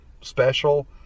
special